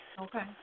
Okay